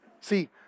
See